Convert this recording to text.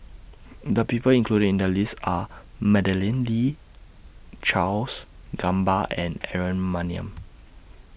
The People included in The list Are Madeleine Lee Charles Gamba and Aaron Maniam